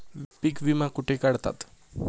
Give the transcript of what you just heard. पीक विमा कुठे काढतात?